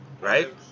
Right